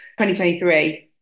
2023